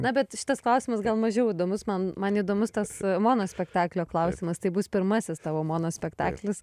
na bet šitas klausimas gal mažiau įdomus man man įdomus tas monospektaklio klausimas tai bus pirmasis tavo monospektaklis